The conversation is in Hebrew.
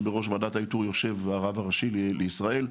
שבראש ועדת האיתור יושב הרב הראשי לישראל,